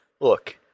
look